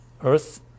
earth